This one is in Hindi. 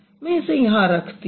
मैं इसे यहाँ रखती हूँ